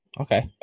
Okay